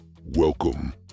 Welcome